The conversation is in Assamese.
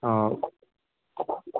অঁ